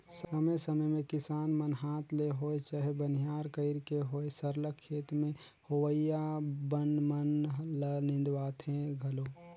समे समे में किसान मन हांथ ले होए चहे बनिहार कइर के होए सरलग खेत में होवइया बन मन ल निंदवाथें घलो